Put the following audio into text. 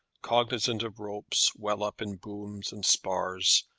cognizant of ropes, well up in booms and spars,